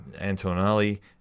Antonelli